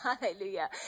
Hallelujah